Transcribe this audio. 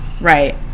Right